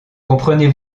comprenez